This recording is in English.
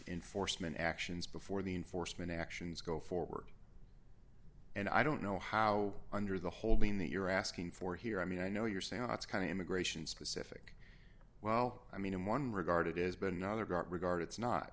enforcement actions before the enforcement actions go forward and i don't know how under the holding that you're asking for here i mean i know you're saying it's kind of immigration specific well i mean in one regard it is been another great regard it's not